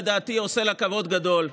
לדעתי עושה לה כבוד גדול,